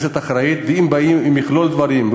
ואם באים עם מכלול דברים,